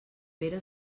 pere